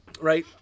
right